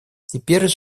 теперь